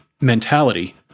mentality